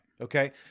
Okay